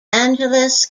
angeles